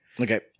Okay